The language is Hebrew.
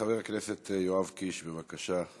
חבר הכנסת יואב קיש, בבקשה.